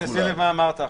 אבל שים לב למה שאמרת עכשיו,